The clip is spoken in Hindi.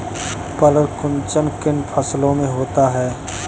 पर्ण कुंचन किन फसलों में होता है?